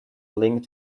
linked